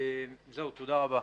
תודה רבה.